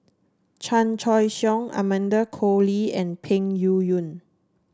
Chan Choy Siong Amanda Koe Lee and Peng Yuyun